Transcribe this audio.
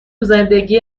زندگی